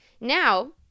Now